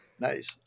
Nice